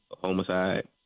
homicide